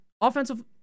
offensive